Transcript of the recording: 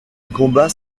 combat